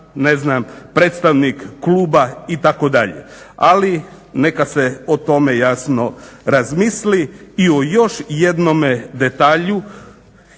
predstavnik kluba itd. Ali, neka se o tome jasno razmisli. I o još jednome detalju